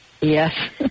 yes